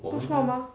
不错 mah